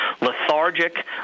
lethargic